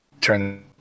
turn